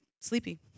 sleepy